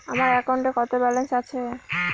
আমার অ্যাকাউন্টে কত ব্যালেন্স আছে?